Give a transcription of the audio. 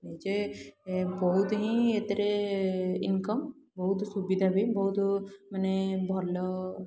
ନିଜେ ଏଁ ବହୁତ ହିଁ ଏଥିରେ ଇନକମ୍ ବହୁତ ସୁବିଧା ବି ବହୁତ ମାନେ ଭଲ